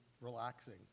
relaxing